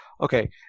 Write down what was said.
okay